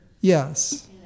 yes